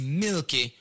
milky